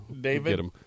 David